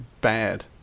bad